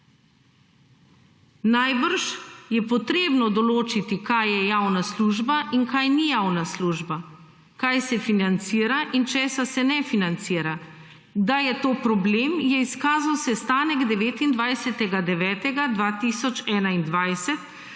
Verjetno je potrebno določiti kaj je javna služba in kaj ni javna služba. Kaj se financira in česa se ne financira. Da je to problem, je izkazal sestanek 29. 9. 2021,